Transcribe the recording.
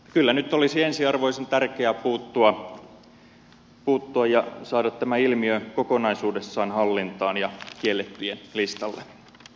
kyllä nyt olisi ensiarvoisen tärkeää puuttua asiaan ja saada tämä ilmiö kokonaisuudessaan hallintaan ja kiellettyjen listalle